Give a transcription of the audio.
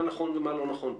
מה נכון ומה לא נכון פה?